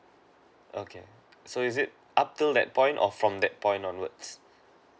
okay so is it up till that point or from that point onwards